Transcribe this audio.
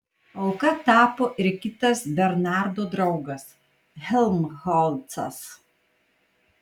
auka tapo ir kitas bernardo draugas helmholcas